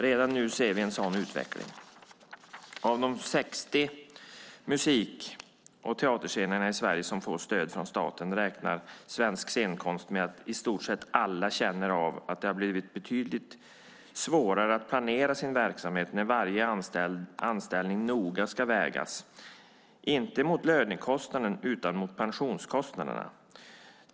Redan nu ser vi en sådan utveckling. Av de 60 musik och teaterscenerna i Sverige som får stöd från staten räknar Svensk scenkonst med att i stort sett alla känner av att det har blivit betydligt svårare att planera sin verksamhet när varje anställning noga ska vägas, inte mot lönekostnaden utan mot pensionskostnaderna.